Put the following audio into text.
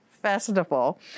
Festival